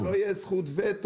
זה לא יהיה זכות וטו.